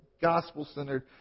Gospel-centered